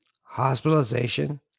hospitalization